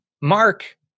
Mark